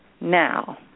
Now